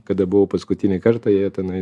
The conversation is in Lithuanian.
kada buvau paskutinį kartą jie tenai